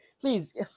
please